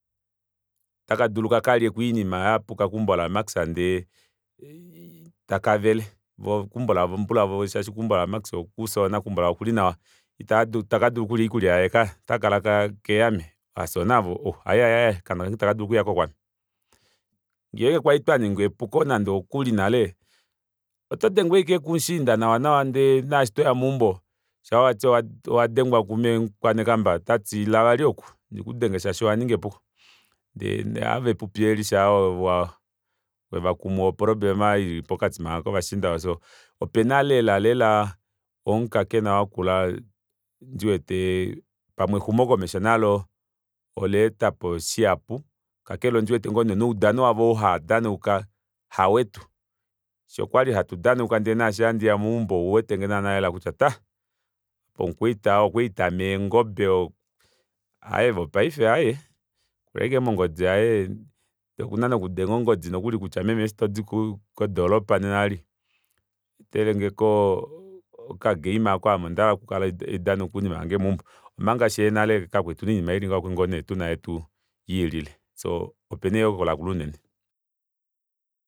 Otakadulu kakalyeko oinima yapuka keumbo la max ndee takavele voo keumbo lambulavo shaashi keumbo la maxa okuufyona keumbo lavo okuli nawa itaka dulu okulya iikulya aayo kaya otakadulu kaehame aafyoona avo ohh aaye aaye okaana kange ame ita kadulu okuyako oko ame ngenge kwali twaninga epuko nokuli nale oto dengwa aashike kumushiinda nawa nawa shaa wati owadengwa kumee mukwanekamba otati ila vali oku ndiku denge shaashi owaninga epuko ndee ava vepupi eeli shaa wevakumu o problema ili pokati kovashiinda hano opena lela lela omukakena wakula ndiwete pamwe exumo komesho nalo olaetapo shihapu kakele ondiwete ngoo neekutya noudano wavo ouhaadanauka hawetu fyee okwali hatu danauka ndee naashi handiya meumbo ouwetenge naana lela kutya taa okwali tame eengobe ava vopaife aaye okuli ashike mongodi yaye otadenge nokuli nongodi kutya meme eshi todi kodropa nena eli etelengeko okagame aako ame onda hala okukala haidanauka oinima yange meumbo omanga fyee nnele kakwali tuna oinima ili ngaho okwali ngoo nee tuna yetu yiilile shoo opena eyooloka lakula unene